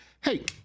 hey